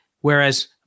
whereas